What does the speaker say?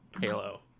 Halo